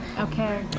Okay